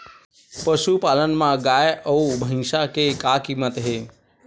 पशुपालन मा गाय अउ भंइसा के का कीमत हे?